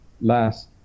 last